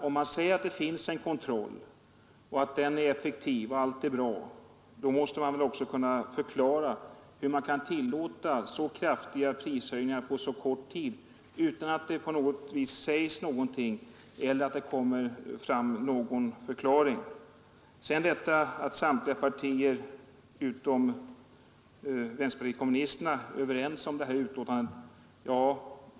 Om man säger att det finns en kontroll och att den är effektiv och att allt är bra, då måste man väl också kunna förklara hur man kan tillåta så kraftiga prishöjningar på så kort tid utan att det sägs någonting eller lämnas någon förklaring. Herr Andersson i Storfors sade att samtliga partier utom vänsterpartiet kommunisterna är överens om vad som sägs i utskottsbetänkandet.